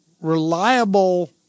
reliable